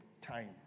time